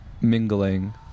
mingling